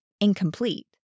incomplete